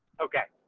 okay.